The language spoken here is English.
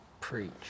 Preach